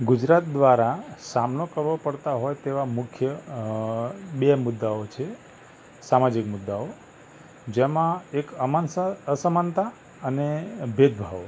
ગુજરાત દ્વારા સામનો કરવો પડતાં હોય તેવા મુખ્ય બે મુદ્દાઓ છે સામાજિક મુદ્દાઓ જેમાં એક અમનસા અસમાનતા અને ભેદભાવો